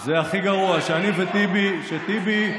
זה הכי גרוע, שאני וטיבי, טיבי,